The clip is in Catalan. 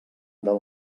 del